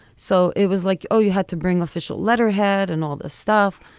so it was like, oh, you had to bring official letterhead and all this stuff.